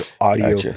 audio